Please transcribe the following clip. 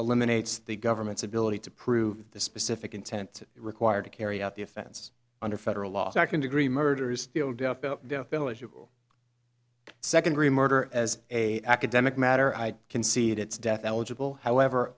eliminates the government's ability to prove the specific intent required to carry out the offense under federal law second degree murder is still death second degree murder as a academic matter i concede it's death